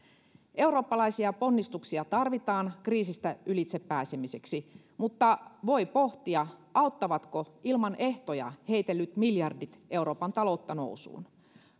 eurooppalaisia ponnistuksia tarvitaan kriisistä ylitse pääsemiseksi mutta voi pohtia auttavatko ilman ehtoja heitellyt miljardit euroopan taloutta nousuun